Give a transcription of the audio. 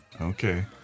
Okay